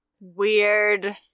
Weird